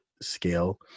scale